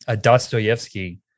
Dostoevsky